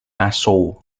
aso